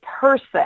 person